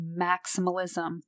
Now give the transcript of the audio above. maximalism